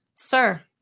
Sir